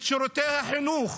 את שירותי החינוך,